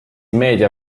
meedia